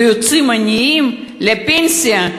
ויוצאים עניים לפנסיה,